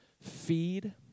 feed